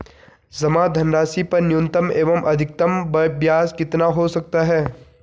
जमा धनराशि पर न्यूनतम एवं अधिकतम ब्याज कितना हो सकता है?